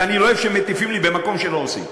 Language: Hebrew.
ואני לא אוהב שמטיפים לי במקום שלא עושים.